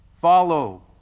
Follow